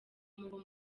mubo